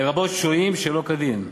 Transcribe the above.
לרבות שוהים שלא כדין,